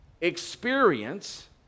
experience